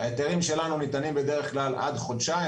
ההיתרים שלנו ניתנים בדרך כלל עד חודשיים.